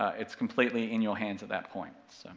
it's completely in your hands at that point,